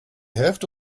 hälfte